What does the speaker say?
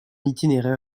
itinéraire